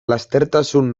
lastertasun